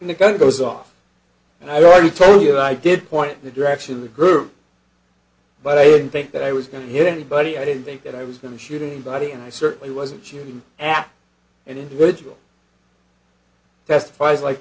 and the gun goes off and i already told you i did point the direction of the group but i didn't think that i was going to hit anybody i didn't think that i was going to shoot anybody and i certainly wasn't shooting at an individual testifies like